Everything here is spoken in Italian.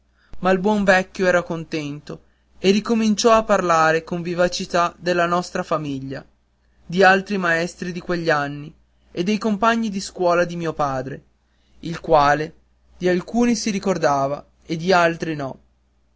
ma il buon vecchio era contento e ricominciò a parlare con vivacità della nostra famiglia di altri maestri di quegli anni e dei compagni di scuola di mio padre il quale di alcuni si ricordava e di altri no